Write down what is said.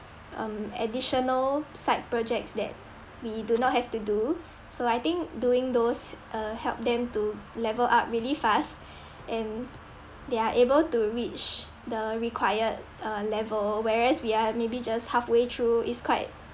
um additional side projects that we do not have to do so I think doing those uh help them to level up really fast and they are able to reach the required uh level whereas we are maybe just halfway through its quite